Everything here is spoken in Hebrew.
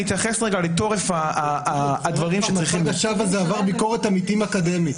אני אתייחס לתוקף הדברים -- מצג השווא הזה עבר ביקורת עמיתים אקדמית.